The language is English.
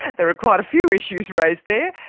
there are quite a few issues raised there,